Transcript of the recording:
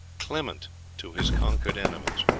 clement to his conquered enemies.